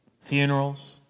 funerals